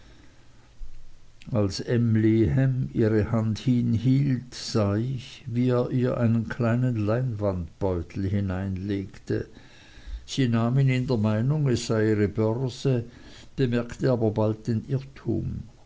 als emly ham ihre hand hinhielt sah ich wie er ihr einen kleinen leinwandbeutel hineinlegte sie nahm ihn in der meinung es sei ihre börse bemerkte aber bald den irrtum